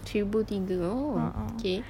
seribu tiga oh okay